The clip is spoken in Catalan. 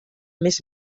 més